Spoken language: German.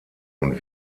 und